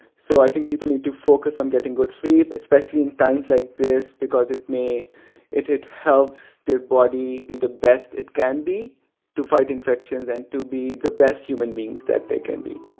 so i think people need to focus on getting good sleep, especially in times like this, because it may it it helps their body be the best it can be to fight infections and to be the best human beings that they can be